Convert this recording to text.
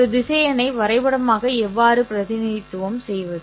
ஒரு திசையனை வரைபடமாக எவ்வாறு பிரதிநிதித்துவம் செய்வது